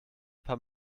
paar